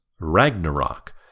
Ragnarok